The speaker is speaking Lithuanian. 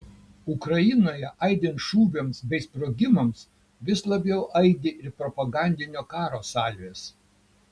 ukrainoje aidint šūviams bei sprogimams vis labiau aidi ir propagandinio karo salvės